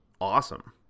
awesome